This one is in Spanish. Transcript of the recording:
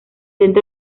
centro